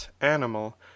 animal